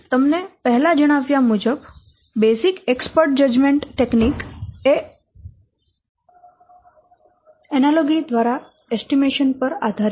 તમને પહેલા જણાવ્યા મુજબ બેઝિક એક્સપર્ટ જજમેન્ટ પદ્ધતિ એ એનાલોગી દ્વારા એસ્ટીમેશન પર આધારિત છે